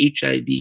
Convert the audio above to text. HIV